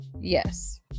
Yes